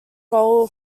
goal